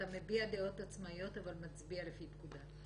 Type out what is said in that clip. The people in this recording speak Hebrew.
אתה מביע דעות עצמאיות, אבל מצביע לפי פקודה.